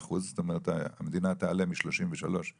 כלומר, המדינה תעלה את ההשתתפות מ- 33%